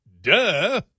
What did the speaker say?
Duh